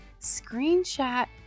screenshot